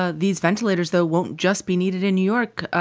ah these ventilators, though, won't just be needed in new york.